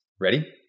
Ready